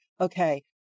Okay